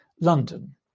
London